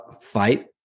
fight